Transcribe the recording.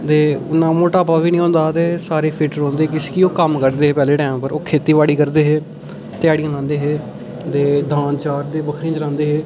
इन्ना मटापा बी निं होंदा हा ते ओह् फिट रौंह्दे हे ओह् कम्म करदे हे पैह्लें टाइम उप्पर ओह् खेती बाड़ी करदे हे ध्याड़ियां लांदे हे दांद चारदे हे बकरियां चारदे हे